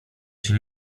się